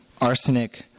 arsenic